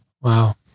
wow